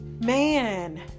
man